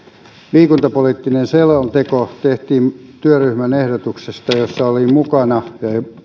liikuntapoliittinen selonteko tehtiin työryhmän jossa olin mukana ja